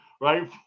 right